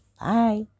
Bye